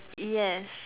yes